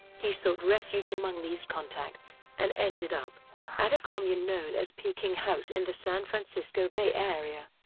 he sought refuge among these contacts, and ended up at a commune known as peking house in the san francisco bay area.